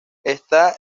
está